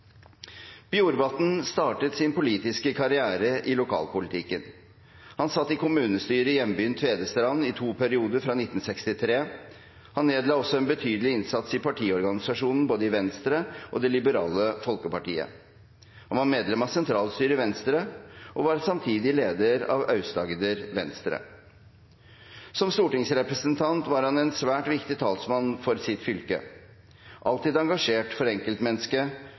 Bjorvatn startet sin politiske karriere i lokalpolitikken. Han satt i kommunestyret i hjembyen Tvedestrand i to perioder fra 1963. Han nedla også en betydelig innsats i partiorganisasjonen både i Venstre og Det Liberale Folkepartiet. Han var medlem av sentralstyret i Venstre og var samtidig leder av Aust-Agder Venstre. Som stortingsrepresentant var han en svært viktig talsmann for sitt fylke, alltid engasjert for enkeltmennesket,